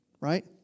right